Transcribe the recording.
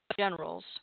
Generals